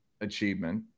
achievement